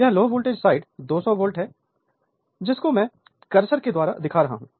यह low voltage side voltage 200 volt है जिसको मैं कर्सर के द्वारा दिखा रहा हूं